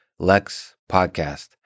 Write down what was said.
LEXPODCAST